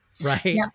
right